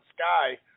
Sky